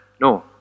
No